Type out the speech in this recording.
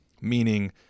meaning